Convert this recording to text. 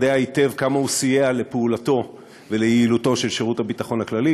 יודע היטב כמה הוא סייע לפעולתו וליעילותו של שירות הביטחון הכללי.